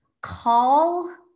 call